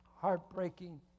Heartbreaking